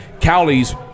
Cowley's